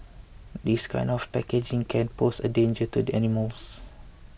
this kind of packaging can pose a danger to the animals